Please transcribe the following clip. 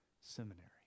seminary